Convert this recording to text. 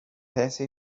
essay